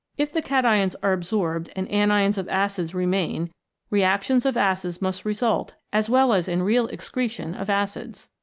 if the cations are adsorbed and anions of acids remain reactions of acids must result as well as in real ex cretion of acids.